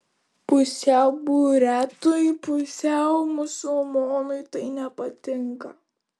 pusiau buriatui pusiau musulmonui tai nepatinka